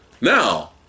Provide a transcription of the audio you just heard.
Now